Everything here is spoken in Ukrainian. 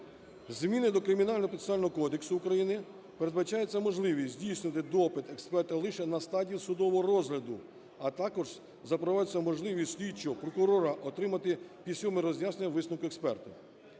Змінами до Кримінально-процесуального кодексу України передбачається можливість здійснювати допит експерта лише на стадії судового розгляду, а також запроваджується можливість слідчого прокурора отримати письмове роз'яснення висновку експерта.